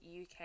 UK